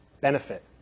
Benefit